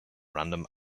random